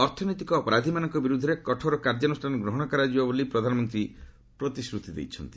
ଅର୍ଥନୈତିକ ଅପରାଧୀମାନଙ୍କ ବିରୁଦ୍ଧରେ କଠୋର କାର୍ଯ୍ୟାନୁଷ୍ଠାନ ଗ୍ରହଣ କରାଯିବ ବୋଲି ପ୍ରଧାନମନ୍ତ୍ରୀ ପ୍ରତିଶ୍ରତି ଦେଇଛନ୍ତି